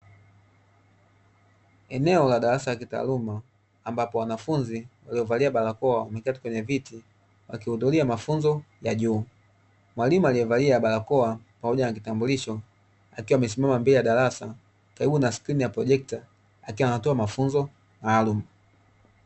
Eneo la darasa la kitaaluma ambapo wanafunzi waliovalia barakoa wameketi kwenye viti wakihudhuria mafunzo ya juu. Mwalimu aliyevalia barakoa pamoja na kitambulisho, akiwa amesimama mbele ya darasa karibu na skrini ya projekta, akiwa anatoa mafunzo maalumu.